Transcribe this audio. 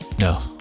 no